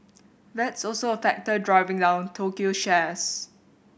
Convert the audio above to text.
that's also a factor driving down Tokyo shares